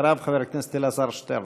אחריו, חבר הכנסת אלעזר שטרן.